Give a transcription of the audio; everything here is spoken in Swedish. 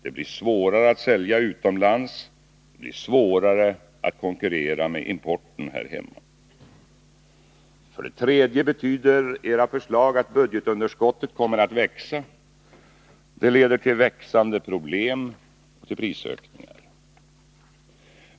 Det blir svårare att sälja utomlands, svårare att här hemma konkurrera med importen. Vidare betyder era förslag att budgetunderskottet kommer att växa. Det leder till växande problem och prisökningar.